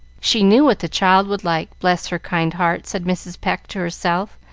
she knew what the child would like, bless her kind heart, said mrs. pecq to herself,